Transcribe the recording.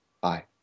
Bye